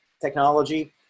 technology